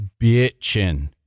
bitching